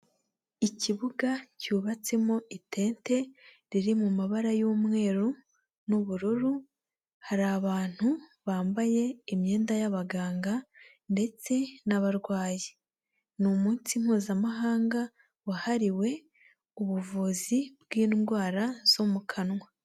Ikibuga cyubatsemo itente riri mu mabara y'umweru n'ubururu, hari abantu bambaye imyenda y'abaganga ndetse n'abarwayi, ni umunsi mpuzamahanga wahariwe ubuvuzi bw'indwara zo mu kanwa.